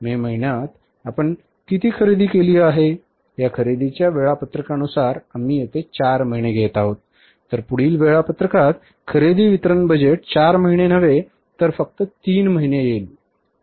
मे महिन्यात आम्ही किती खरेदी केली आहे या खरेदीच्या वेळापत्रकानुसार आम्ही येथे 4 महिने घेत आहोत तर पुढील वेळापत्रकात खरेदी वितरण बजेट 4 महिने नव्हे तर फक्त 3 महिने घेईल